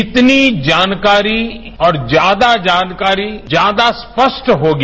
जितनी जानकारी और ज्यादा जानकारी ज्यादा स्पष्ट होगी